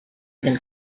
del